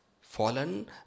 Fallen